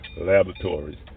laboratories